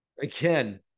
again